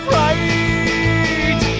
right